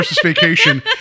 Vacation